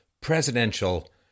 presidential